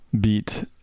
beat